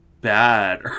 bad